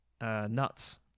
nuts